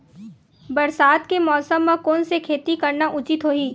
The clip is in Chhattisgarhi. बरसात के मौसम म कोन से खेती करना उचित होही?